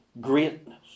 greatness